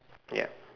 ya